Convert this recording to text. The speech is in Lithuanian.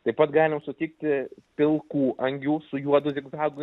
taip pat galim sutikti pilkų angių su juodu zigzagu